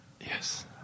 Yes